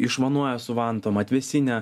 išvanoję su vantom atvėsinę